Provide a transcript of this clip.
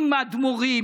עם האדמו"רים,